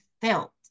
felt